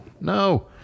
No